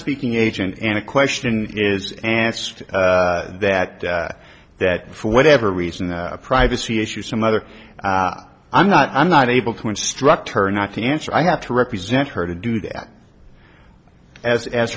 speaking agent and a question is asked that that for whatever reason the privacy issue some other i'm not i'm not able to instruct her not to answer i have to represent her to do that as as